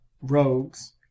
rogues